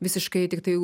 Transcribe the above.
visiškai tiktai